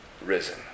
risen